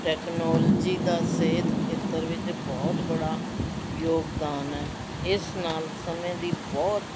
technology ਦਾ ਸਿਹਤ ਖੇਤਰ ਵਿੱਚ ਬਹੁਤ ਬੜਾ ਯੋਗਦਾਨ ਹੈ ਇਸ ਨਾਲ ਸਮੇਂ ਦੀ ਬਹੁਤ